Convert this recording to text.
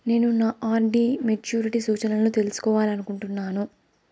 నేను నా RD maturity సూచనలను తెలుసుకోవాలనుకుంటున్నాను